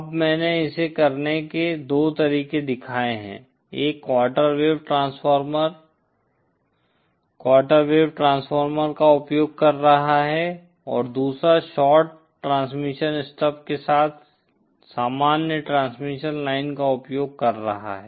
अब मैंने इसे करने के 2 तरीके दिखाए हैं एक quarter wave transformer quarter wave transformer का उपयोग कर रहा है और दूसरा शॉर्ट ट्रांसमिशन स्टब्स के साथ सामान्य ट्रांसमिशन लाइन का उपयोग कर रहा है